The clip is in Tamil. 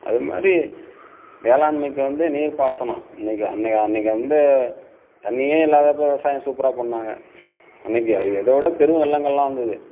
அது மாதிரி வேளாண்மைக்கு வந்து நீர் பாசனம் இன்றைக்கு அன்னை அன்றைக்கு வந்து தண்ணியே இல்லாதப்போ விவசாயம் சூப்பராக பண்ணிணாங்க அன்றைக்கு அது இதோட பெரும் வெள்ளங்களெலாம் வந்தது